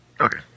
Okay